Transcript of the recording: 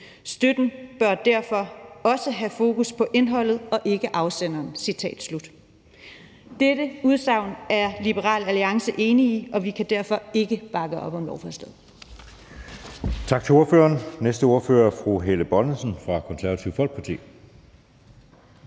Støtten bør derfor også have fokus på indholdet og ikke afsenderen. Det udsagn er Liberal Alliance enig i, og vi kan derfor ikke bakke op om lovforslaget.